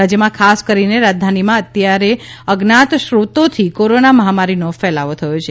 રાજ્યમાં ખાસ કરીને રાજધાનીમાં અત્યાર અજ્ઞાત સ્રોતોથી કોરોના મહામારીનો ફેલાવો થયો છે